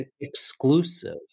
exclusive